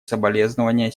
соболезнования